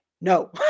no